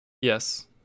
Yes